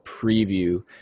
preview